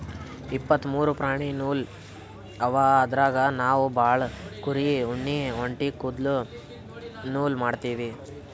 ಇಪ್ಪತ್ತ್ ಮೂರು ಪ್ರಾಣಿ ನೂಲ್ ಅವ ಅದ್ರಾಗ್ ನಾವ್ ಭಾಳ್ ಕುರಿ ಉಣ್ಣಿ ಒಂಟಿ ಕುದಲ್ದು ನೂಲ್ ಮಾಡ್ತೀವಿ